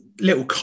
little